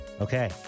Okay